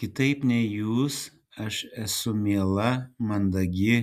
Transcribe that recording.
kitaip nei jūs aš esu miela mandagi